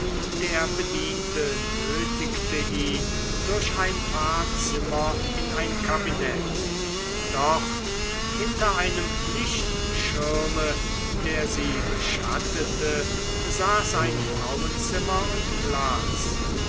der bediente nötigte ihn durch ein paar zimmer in ein kabinett dort hinter einem lichtschirme der sie beschattete saß ein frauenzimmer und las